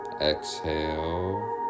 exhale